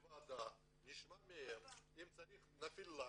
לוועדה, נשמע מהם אם צריך נפעיל לחץ.